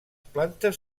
plantes